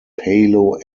palo